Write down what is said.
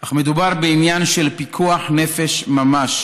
אך מדובר בעניין של פיקוח נפש ממש,